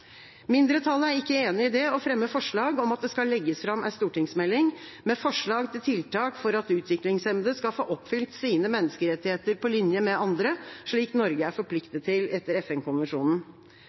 Mindretallet er ikke enig i det og fremmer forslag om at det skal legges fram en stortingsmelding med forslag til tiltak for at utviklingshemmede skal få oppfylt sine menneskerettigheter på linje med andre, slik Norge er forpliktet til etter